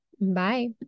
Bye